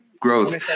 growth